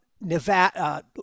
Nevada